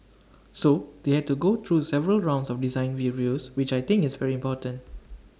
so they had to go through several rounds of design reviews which I think is very important